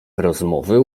rozmowy